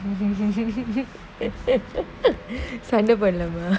சண்ட பண்லாமா:sanda panlaamaa